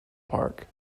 park